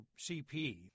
CP